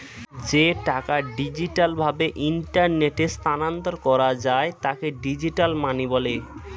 যে টাকা ডিজিটাল ভাবে ইন্টারনেটে স্থানান্তর করা যায় তাকে ডিজিটাল মানি বলে